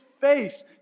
face